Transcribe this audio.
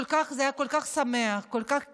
זה היה כל כך שמח, כל כך כיף,